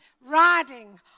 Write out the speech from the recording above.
riding